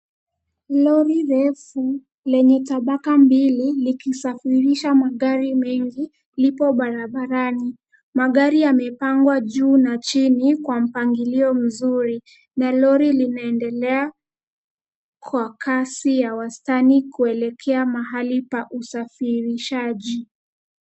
Lori refu lenye tabaka mbili likisafirisha magari mengi lipo barabarani. Magari yamepangwa juu na chini kwa mpangilio mzuri, na lori linaendelea kwa kasi ya wastani kuelekea mahali pa usafirishaji.